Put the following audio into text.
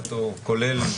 כולל,